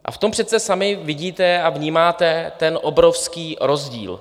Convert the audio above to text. A v tom přece sami vidíte a vnímáte ten obrovský rozdíl.